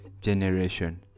generation